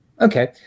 Okay